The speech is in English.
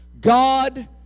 god